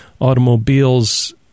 automobiles